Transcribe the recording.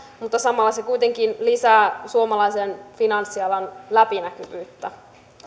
mutta samalla se kuitenkin lisää suomalaisen finanssialan läpinäkyvyyttä